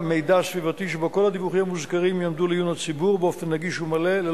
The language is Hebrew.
נגד ונמנעים, אין.